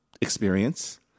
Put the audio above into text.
experience